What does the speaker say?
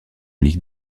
ligue